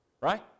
right